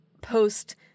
post